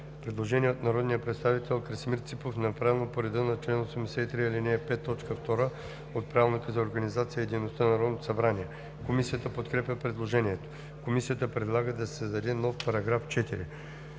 Предложение от народния представител Красимир Ципов, направено по реда на чл. 83, ал. 5, т. 2 от Правилника за организацията и дейността на Народното събрание. Комисията подкрепя предложението. Комисията предлага да се създаде нов § 4: „§ 4.